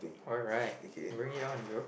alright bring it on bro